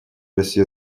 россия